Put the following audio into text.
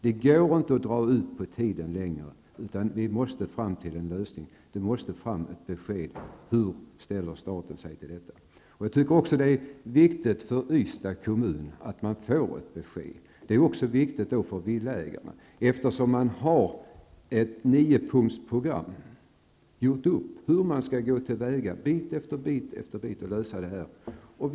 Det går inte längre att dra ut på tiden, utan vi måste komma fram till en lösning. Det måste komma ett besked om hur staten ställer sig till detta. Det är viktigt för Ystads kommun att man får ett besked, och det är också viktigt för villaägarna. Man har ju i ett niopunktsprogram gjort upp hur man skall gå till väga med detta, bit efter bit efter bit.